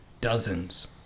dozens